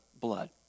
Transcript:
blood